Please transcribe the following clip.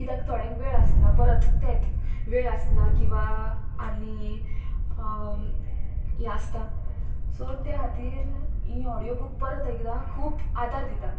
कित्याक थोड्यांक वेळ आसना परत तेंत वेळ आसना किंवां आनी हें आसता सो त्या खातीर ही ऑडियो बूक परत एकदां खूब आदार दिता